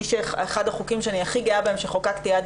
אחד החוקים שאני הכי גאה בהם שחוקקתי עד